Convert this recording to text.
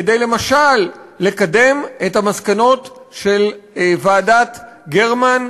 כדי למשל לקדם את המסקנות של ועדת גרמן,